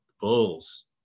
Bulls